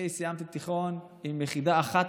אני סיימתי תיכון עם יחידה אחת,